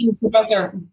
Professor